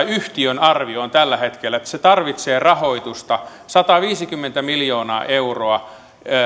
yhtiön arvio on tällä hetkellä että se tarvitsee rahoitusta sataviisikymmentä miljoonaa euroa